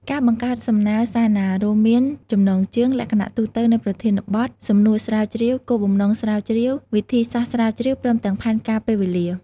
ការបង្កើតសំណើរសារណា រួមមាន ចំណងជើង លក្ខណៈទូទៅនៃប្រធានបទ សំណួរស្រាវជ្រាវ គោលបំណងស្រាវជ្រាវ វិធីសាស្រ្តស្រាវជ្រាវ ព្រមទាំងផែនការពេលវេលា។